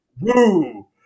Woo